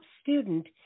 student